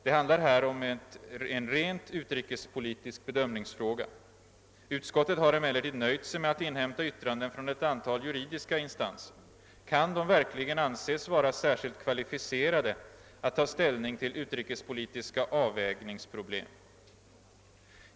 Det handlar här om en rent utrikespolitisk bedömningsfråga. Utskottet har emellertid nöjt sig med att inhämta yttranden från ett an tal juridiska instanser. Kan de verkligen anses vara särskilt kvalificerade att ta ställning till utrikespolitiska avvägningsproblem?